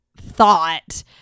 thought